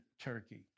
Turkey